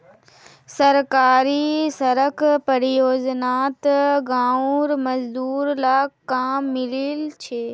सरकारी सड़क परियोजनात गांउर मजदूर लाक काम मिलील छ